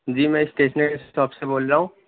جی میں stationery shop سے بول رہا ہوں